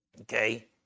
Okay